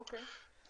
אוקיי.